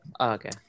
Okay